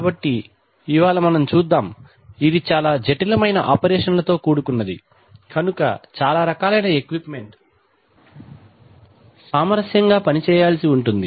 కాబట్టి ఇవాళ మనం చూద్దాం ఇది చాలా జటిలమైన ఆపరేషన్ లతో కూడుకున్నది కనుక చాలా రకాలైన ఎక్విప్మెంట్ సామరస్యంగా పని చేయాల్సి ఉంటుంది